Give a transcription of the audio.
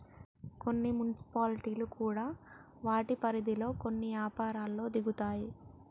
కొన్ని మున్సిపాలిటీలు కూడా వాటి పరిధిలో కొన్ని యపారాల్లో దిగుతాయి